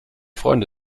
freunde